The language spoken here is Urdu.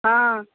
ہاں